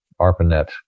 ARPANET